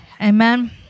Amen